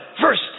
first